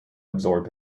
absorb